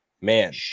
man